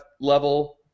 level